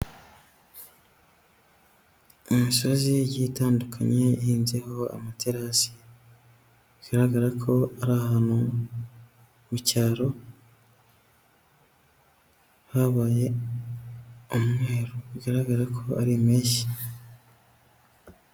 Imisozi igiye itandukanye ihinzeho amaterasi. Bigaragara ko ari ahantu mu cyaro, habaye umwero. Bigaragara ko ari impeshyi.